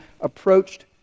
approached